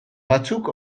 batzuk